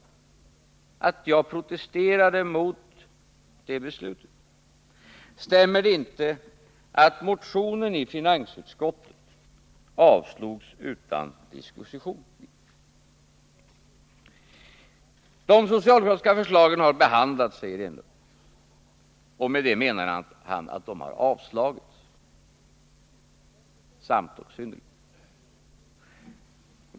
Stämmer det inte att jag protesterade mot det beslutet? Stämmer det inte ait motionen avstyrktes utan diskussion i finansutskottet? De socialdemokratiska förslagen har behandlats, säger Eric Enlund, och med det menar han att de samt och synnerligen har avstyrkts.